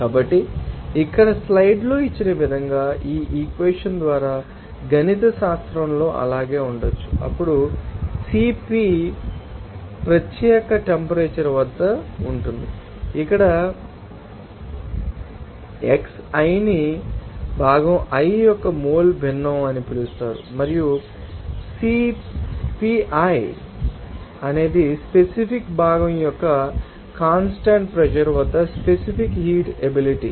కాబట్టి ఇక్కడ స్లైడ్లో ఇచ్చిన విధంగా ఈ ఈక్వెషన్ ద్వారా గణితశాస్త్రంలో అలాగే ఉంచవచ్చు అప్పుడు CP ప్రత్యేక టెంపరేచర్ వద్ద ఉంటుంది ఇక్కడ xi ని భాగం i యొక్క మోల్ భిన్నం అని పిలుస్తారు మరియు Cpi అనేది స్పెసిఫిక్ భాగం యొక్క కాన్స్టాంట్ ప్రెషర్ వద్ద స్పెసిఫిక్ హీట్ ఎబిలిటీ